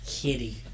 kitty